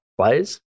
players